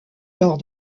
lors